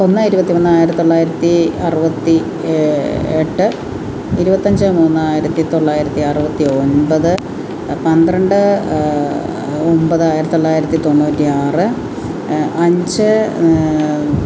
ഒന്ന് ഇരുപത്തി മൂന്ന് ആയിരത്തൊള്ളായിരത്തി അറുപത്തി എട്ട് ഇരുപത്തിയഞ്ച് മൂന്ന് ആയിരത്തി തൊള്ളായിരത്തിഅറുപത്തി ഒമ്പത് പന്ത്രണ്ട് ഒമ്പത് ആയിരത്തി തൊള്ളായിരത്തി തൊണ്ണൂറ്റിആറ് അഞ്ച്